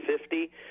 fifty